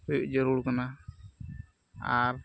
ᱦᱩᱭᱩᱜ ᱡᱟᱹᱨᱩᱲ ᱠᱟᱱᱟ ᱟᱨ